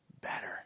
better